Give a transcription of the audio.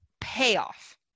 payoff